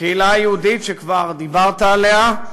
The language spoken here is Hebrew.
הקהילה היהודית, שכבר דיברת עליה,